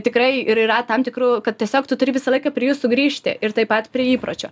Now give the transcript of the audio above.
tikrai ir yra tam tikrų kad tiesiog tu turi visą laiką prie jų sugrįžti ir taip pat prie įpročio